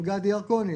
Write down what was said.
גדי ירקוני,